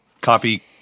coffee